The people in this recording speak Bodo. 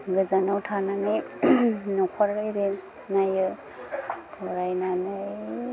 गोजानाव थानानै नख'र आरि नायो नायनानै